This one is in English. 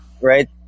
right